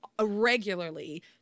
regularly